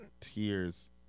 tears